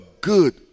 good